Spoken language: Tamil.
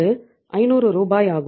500 ஆகும்